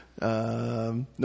No